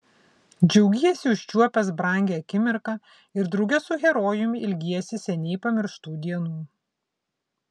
džiaugiesi užčiuopęs brangią akimirką ir drauge su herojumi ilgiesi seniai pamirštų dienų